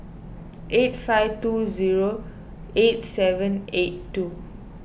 eight five two zero eight seven eight two